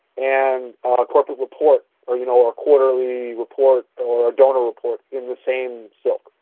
and a corporate report, or you know or quarterly report, or donor report in the same silk.